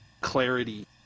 clarity